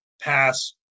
pass